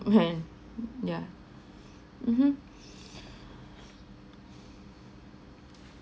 and yeah mmhmm